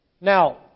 Now